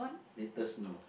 latest no